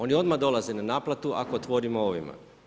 Oni odmah dolaze na naplatu ako otvorimo ovima.